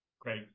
Great